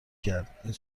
کرد، این